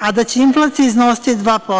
a da će inflacija iznositi 2%